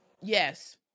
Yes